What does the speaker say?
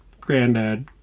Granddad